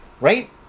Right